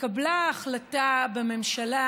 התקבלה החלטה בממשלה,